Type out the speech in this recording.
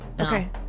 Okay